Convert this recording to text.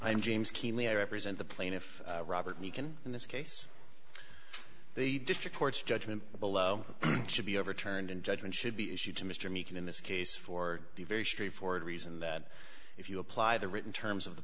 i'm james keenly i represent the plaintiff robert meekin in this case the district court's judgment below should be overturned and judgment should be issued to mr meakin in this case for the very straightforward reason that if you apply the written terms of the